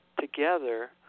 together